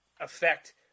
affect